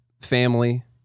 family